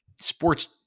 sports